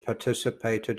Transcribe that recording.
participated